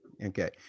okay